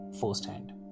firsthand